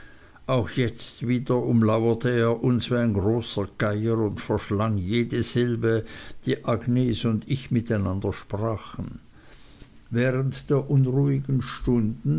auch jetzt wieder umlauerte er uns wie ein großer geier und verschlang jede silbe die agnes und ich miteinander sprachen während der unruhigen stunden